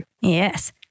Yes